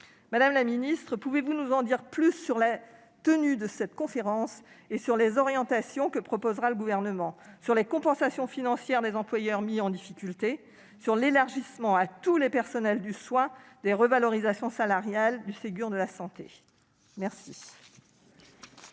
Madame la ministre, pouvez-vous nous en dire plus sur la tenue de cette conférence et les orientations que proposera le Gouvernement, sur les compensations financières versées aux employeurs mis en difficulté, ainsi que sur l'extension à tous les personnels du soin des revalorisations salariales du Ségur de la santé ? La